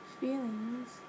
feelings